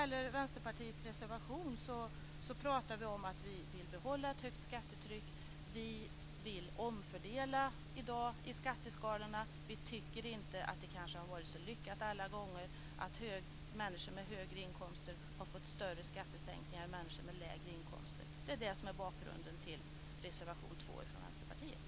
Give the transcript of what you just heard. I Vänsterpartiets reservation pratar vi om att vi vill behålla ett högt skattetryck, att vi vill omfördela i skatteskalorna i dag och att vi inte tycker att det har varit så lyckat att människor med högre inkomster har fått större skattesänkningar än människor med lägre inkomster. Det är det som är bakgrunden till reservation 2 från Vänsterpartiet.